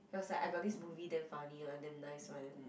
he was like I got this movie damn funny [one] damn nice [one]